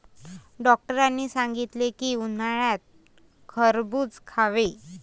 डॉक्टरांनी सांगितले की, उन्हाळ्यात खरबूज खावे